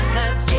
Cause